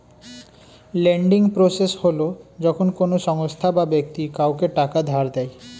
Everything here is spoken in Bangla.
লেন্ডিং প্রসেস হল যখন কোনো সংস্থা বা ব্যক্তি কাউকে টাকা ধার দেয়